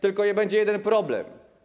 Tylko będzie jeden problem.